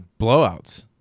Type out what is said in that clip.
blowouts